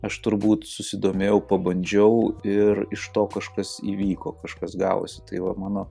aš turbūt susidomėjau pabandžiau ir iš to kažkas įvyko kažkas gavosi tai va mano